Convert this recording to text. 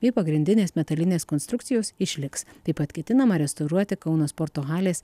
bei pagrindinės metalinės konstrukcijos išliks taip pat ketinama restauruoti kauno sporto halės